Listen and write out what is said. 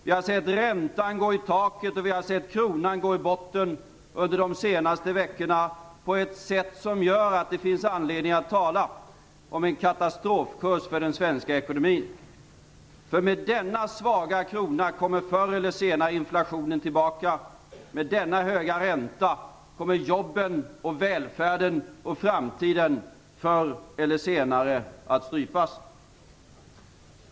Vi har sett räntan gå i taket, och vi har sett kronan gå i botten under de senaste veckorna på ett sätt som gör att det finns anledning att tala om en katastrofkurs för den svenska ekonomin. Med denna svaga krona kommer förr eller senare inflationen tillbaka. Med denna höga ränta kommer jobben, välfärden och framtiden förr eller senare att strypas.